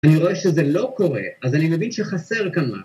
אני רואה שזה לא קורה, אז אני מבין שחסר כמה.